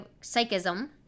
psychism